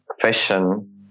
fashion